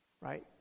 right